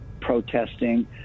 protesting